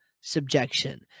subjection